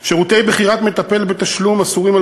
שירותי בחירת מטפל בתשלום אסורים על